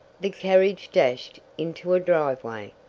the carriage dashed into a driveway!